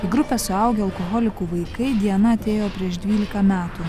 į grupę suaugę alkoholikų vaikai diana atėjo prieš dvylika metų